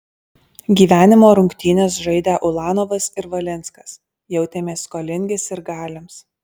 gyvenimo rungtynes žaidę ulanovas ir valinskas jautėmės skolingi sirgaliams